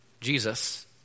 Jesus